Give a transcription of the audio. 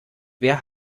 wer